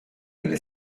nelle